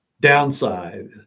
downside